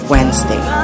Wednesday